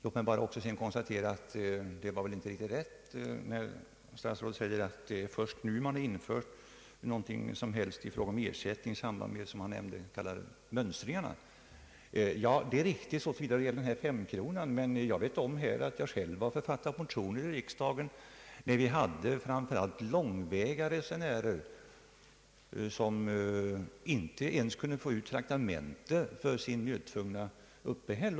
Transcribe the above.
Låt mig dock konstatera att det väl inte var riktigt när statsrådet sade att man först nu infört någon som helst ersättning i samband med det han kallade mönstringarna. Det är riktigt vad beträffar femkronan. Men jag har själv författat motioner i riksdagen när det gällt framför allt långväga resenärer, som inte ens kunnat få ut traktamente för sitt nödtvungna uppehälle.